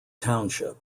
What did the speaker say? township